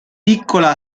piccola